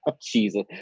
Jesus